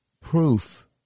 proof